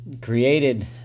created